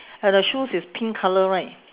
and her shoes is pink colour right